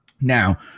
Now